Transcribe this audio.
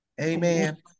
Amen